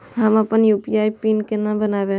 हम अपन UPI PIN केना बनैब?